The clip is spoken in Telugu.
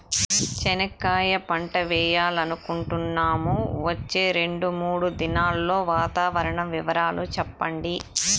చెనక్కాయ పంట వేయాలనుకుంటున్నాము, వచ్చే రెండు, మూడు దినాల్లో వాతావరణం వివరాలు చెప్పండి?